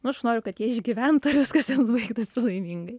o aš noriu kad jie išgyventų ir viskas jiems baigtųsi laimingai